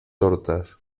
tortas